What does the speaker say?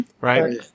right